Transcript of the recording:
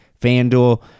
FanDuel